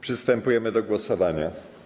Przystępujemy do głosowania.